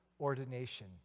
ordination